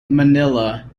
manila